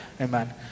Amen